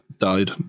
died